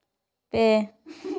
ᱯᱮ